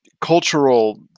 cultural